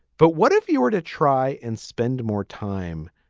but what if you were to try and spend more time,